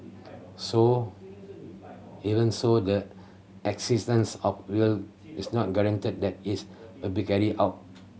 so even so the existence of will is not guarantee that it will be carried out